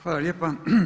Hvala lijepa.